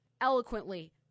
eloquently